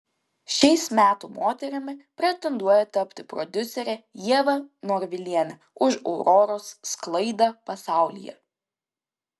šiais metų moterimi pretenduoja tapti prodiuserė ieva norvilienė už auroros sklaidą pasaulyje